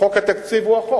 חוק התקציב הוא חוק,